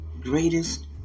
greatest